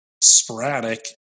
sporadic